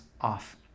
off